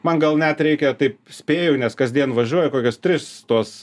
man gal net reikia taip spėju nes kasdien važiuoju kokias tris tuos